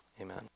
amen